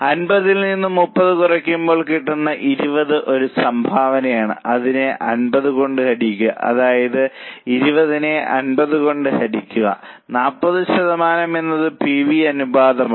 50 ൽ നിന്ന് 30 കുറയ്ക്കുമ്പോൾ കിട്ടുന്ന 20 ഒരു സംഭാവനയാണ് അതിനെ 50 കൊണ്ട് ഹരിക്കുക അതായത് 20 നെ 50 കൊണ്ട് ഹരിക്കുക 40 ശതമാനം എന്നത് PV അനുപാതമാണ്